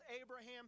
Abraham